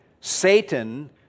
Satan